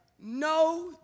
no